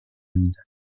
میدن